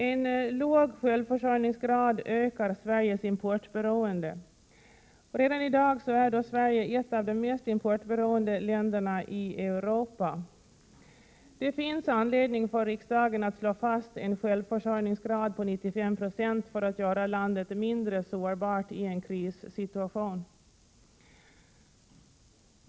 En låg självförsörjningsgrad ökar Sveriges importberoende. Redan i dag är Sverige ett av de mest importberoende länderna i Europa. Det finns anledning för riksdagen att slå fast en självförsörjningsgrad på 95 96 för att göra landet mindre sårbart i en krissituation.